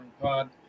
pod